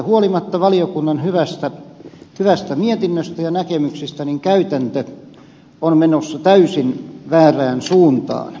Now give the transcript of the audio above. huolimatta valiokunnan hyvästä mietinnöstä ja näkemyksistä käytäntö on menossa täysin väärään suuntaan